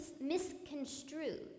misconstrued